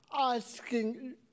asking